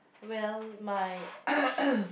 well my